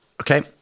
Okay